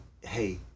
hey